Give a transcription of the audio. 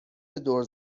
دور